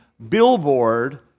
billboard